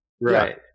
Right